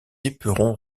éperon